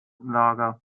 lager